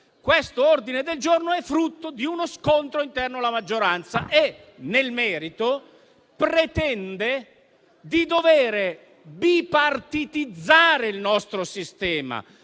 Questo ordine del giorno è frutto di uno scontro interno alla maggioranza e, nel merito, pretende di bipartitizzare il nostro sistema